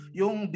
yung